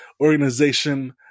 organization